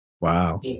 wow